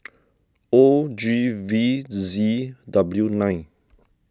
O G V Z W nine